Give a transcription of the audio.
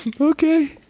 Okay